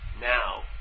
now